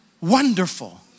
wonderful